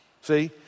See